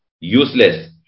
useless